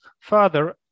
further